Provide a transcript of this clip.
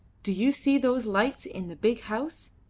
do you see those lights in the big house?